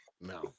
no